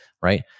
right